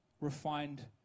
Refined